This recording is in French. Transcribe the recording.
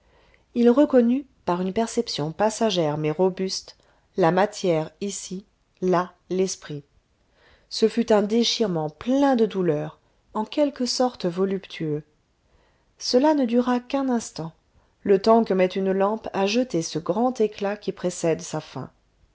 il reconnut par une perception passagère mais robuste la matière ici là l'esprit ce fut un déchirement plein de douleur en quelque sorte voluptueux cela ne dura qu'un instant le temps que met une lampe à jeter ce grand éclat qui précède sa fin